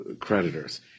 creditors